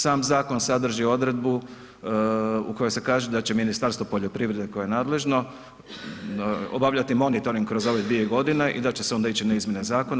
Sam zakon sadrži odredbu u kojoj se kaže da će Ministarstvo poljoprivrede koje je nadležno obavljati monitoring kroz ove dvije godine i da će se onda ići na izmjene zakona.